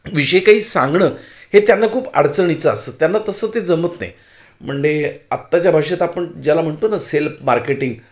विषयी काही सांगणं हे त्यांना खूप अडचणीचं असतं त्यांना तसं ते जमत नाही म्हणजे आताच्या भाषेत आपण ज्याला म्हणतो ना सेल्फ मार्केटिंग